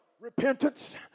Repentance